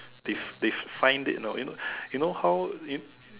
they they find it you know you know how you